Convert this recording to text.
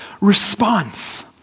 response